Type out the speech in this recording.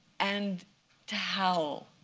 and to howl,